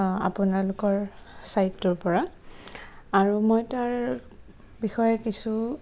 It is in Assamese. আপোনালোকৰ চাইটটোৰ পৰা আৰু মই তাৰ বিষয়ে কিছু